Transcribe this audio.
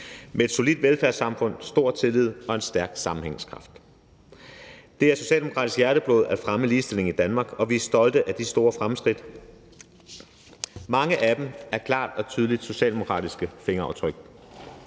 med et solidt velfærdssamfund, stor tillid og en stærk sammenhængskraft. Det er socialdemokratisk hjerteblod at fremme ligestillingen i Danmark, og vi er stolte af de store fremskridt. Mange af dem er klart og tydeligt socialdemokratiske fingeraftryk.